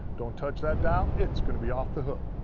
don't touch that dial. it's gonna be off the hook.